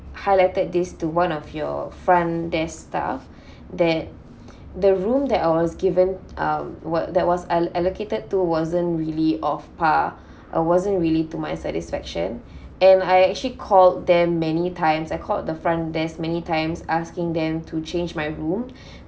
highlighted this to one of your front desk staff that the room that I was given um was that was allo~ allocated to wasn't really of par uh wasn't really to my satisfaction and I actually called them many times I called the front desk many times asking them to change my room